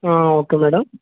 ఆ okay madam